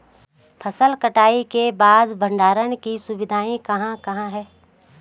फसल कटाई के बाद भंडारण की सुविधाएं कहाँ कहाँ हैं?